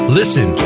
Listen